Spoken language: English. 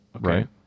Right